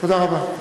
תודה רבה.